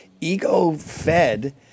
ego-fed